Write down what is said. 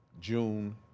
June